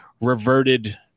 reverted